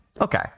Okay